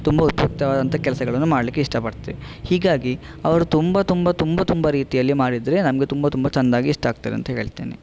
ತುಂಬ ಉಪಯುಕ್ತವಾದಂತಹ ಕೆಲಸಗಳನ್ನು ಮಾಡಲಿಕ್ಕೆ ಇಷ್ಟಪಡ್ತೇವೆ ಹೀಗಾಗಿ ಅವರು ತುಂಬಾ ತುಂಬಾ ತುಂಬಾ ತುಂಬಾ ರೀತಿಯಲ್ಲಿ ಮಾಡಿದರೆ ನಮಗೆ ತುಂಬಾ ತುಂಬಾ ಚೆಂದಾಗಿ ಇಷ್ಟ ಆಗ್ತದೆ ಅಂತ ಹೇಳ್ತೇನೆ